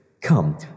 Come